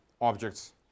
objects